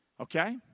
Okay